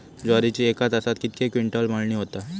ज्वारीची एका तासात कितके क्विंटल मळणी होता?